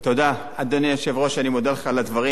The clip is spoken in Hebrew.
תודה, אדוני היושב-ראש, אני מודה לך על הדברים.